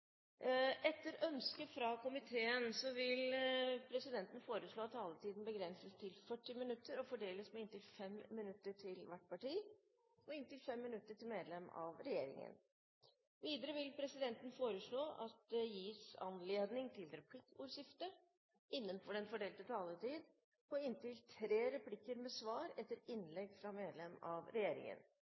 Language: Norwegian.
Etter ønske fra komiteen vil presidenten foreslå at taletiden begrenses til 40 minutter og fordeles med inntil 5 minutter til hvert parti og inntil 5 minutter til medlem av regjeringen. Videre vil presidenten foreslå at det gis anledning til replikkordskifte på inntil tre replikker med svar etter innlegg fra medlem av regjeringen